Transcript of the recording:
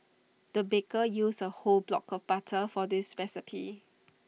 the baker used A whole block of butter for this recipe